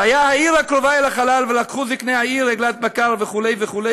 והיה העיר הקרֹבה אל החלל ולקחו זקני העיר ההיא עגלת בקר" וכו'